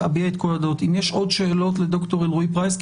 לד"ר אלרעי-פרייס.